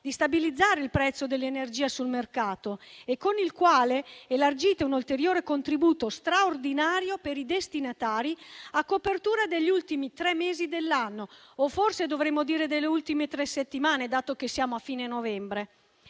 di stabilizzare il prezzo dell'energia sul mercato e con il quale elargite un ulteriore contributo straordinario per i destinatari a copertura degli ultimi tre mesi dell'anno. O forse dovremmo dire delle ultime tre settimane, dato che siamo a fine novembre?